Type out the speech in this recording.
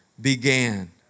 began